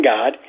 God